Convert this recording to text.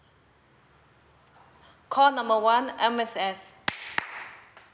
call number one M_S_F